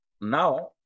Now